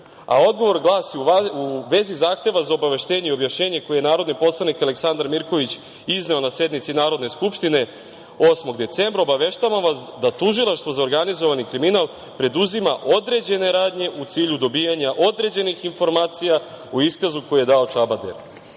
Odgovor glasi – u vezi zahteva za obaveštenje i objašnjenje koje je narodni poslanik Aleksandar Mirković izneo na sednici Narodne skupštine 8. decembra obaveštavam vas da Tužilaštvo za organizovani kriminal preduzima određene radnje u cilju dobijanja određenih informacija o iskazu koji je dao Čaba